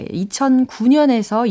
2009년에서